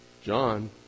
John